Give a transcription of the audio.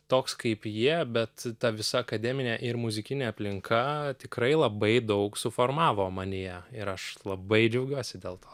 toks kaip jie bet ta visa akademinė ir muzikinė aplinka tikrai labai daug suformavo manyje ir aš labai džiaugiuosi dėl to